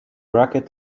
rocket